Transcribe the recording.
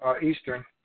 Eastern